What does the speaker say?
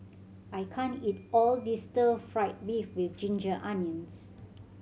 I can't eat all this Stir Fry beef with ginger onions